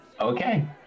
Okay